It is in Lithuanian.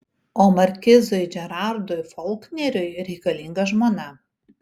o markizui džerardui folkneriui reikalinga žmona